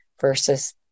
versus